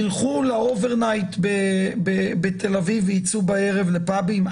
ילכו ללילה בתל אביב ויצאו בערב לפאבים.